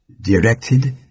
directed